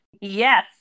yes